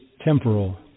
temporal